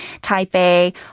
Taipei